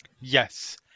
Yes